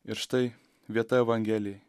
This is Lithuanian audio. ir štai vieta evangelijoj